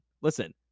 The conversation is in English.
Listen